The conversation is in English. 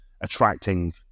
attracting